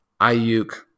Ayuk